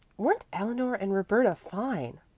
weren't eleanor and roberta fine?